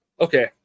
Okay